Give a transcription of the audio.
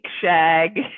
shag